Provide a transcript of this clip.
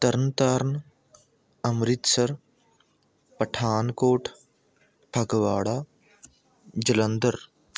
Tarn Taran Amritsar Pathankot Phagwara Jalandhar